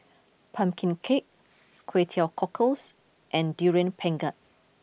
Pumpkin Cake Kway Teow Cockles and Durian Pengat